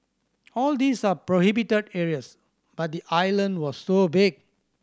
all these are prohibited areas but the island was so big